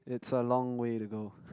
it's a long way to go